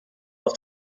auf